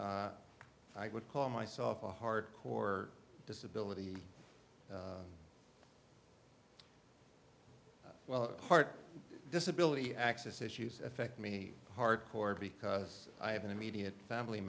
i would call myself a hard core disability well part disability access issues affect me hardcore because i have an immediate family